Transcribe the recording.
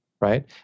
right